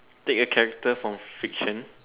take a character from fiction